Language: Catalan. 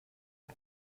per